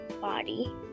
body